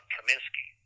Kaminsky